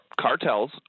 cartels